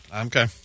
Okay